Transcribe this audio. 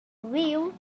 liw